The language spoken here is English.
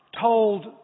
told